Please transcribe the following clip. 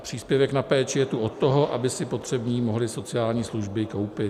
Příspěvek na péči je tu od toho, aby si potřební mohli sociální služby koupit.